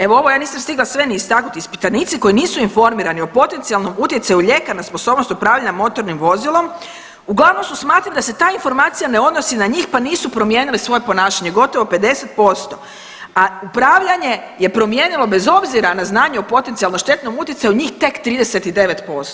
Evo ovo ja nisam stigla sve ni istaknuti, ispitanici koji nisu informirani o potencijalnom utjecaju lijeka na sposobnost upravljanja motornim vozilom uglavnom su smatrali da se ta informacija ne odnosi na njih pa nisu promijenili svoje ponašanje gotovo 50%, a upravljanje je promijenilo bez obzira na znanje o potencijalno štetnom utjecaju njih tek 39%